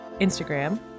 Instagram